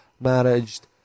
managed